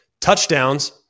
touchdowns